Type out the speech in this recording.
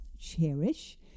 Cherish